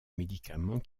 médicaments